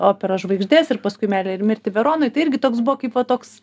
operos žvaigždės ir paskui meilę ir mirtį veronoj tai irgi toks buvo kaip va toks